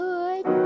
Good